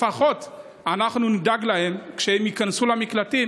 לפחות אנחנו נדאג להם שהם ייכנסו למקלטים